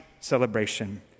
celebration